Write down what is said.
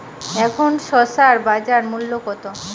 এখন শসার বাজার মূল্য কত?